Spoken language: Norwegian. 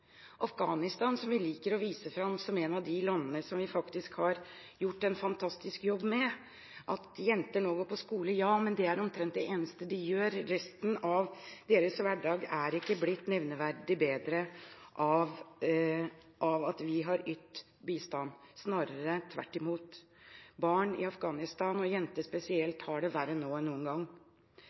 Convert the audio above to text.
Afghanistan, som vi liker å vise fram som et av de landene som vi faktisk har gjort en fantastisk jobb med, går jenter nå på skole – ja, men det er omtrent det eneste de gjør. Resten av deres hverdag er ikke blitt nevneverdig bedre av at vi har ytt bistand, snarere tvert imot. Barn i Afghanistan, og jenter spesielt, har det verre nå enn noen gang.